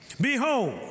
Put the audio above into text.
Behold